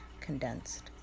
condensed